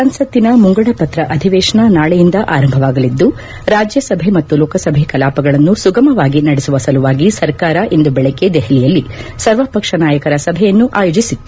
ಸಂಸತ್ತಿನ ಮುಂಗಡ ಪತ್ರ ಅಧಿವೇಶನ ನಾಳೆಯಿಂದ ಆರಂಭವಾಗಲಿದ್ದು ರಾಜ್ಯಸಭೆ ಮತ್ತು ಲೋಕಸಭೆ ಕಲಾಪಗಳನ್ನು ಸುಗಮವಾಗಿ ನಡೆಸುವ ಸಲುವಾಗಿ ಸರ್ಕಾರ ಇಂದು ಬೆಳಗ್ಗೆ ದೆಹಲಿಯಲ್ಲಿ ಸರ್ವಪಕ್ಷ ನಾಯಕರ ಸಭೆಯನ್ನು ಆಯೋಜಿಸಿತ್ತು